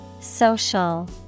Social